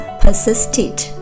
persisted